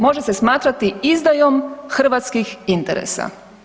Može se smatrati izdajom hrvatskih interesa.